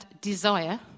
desire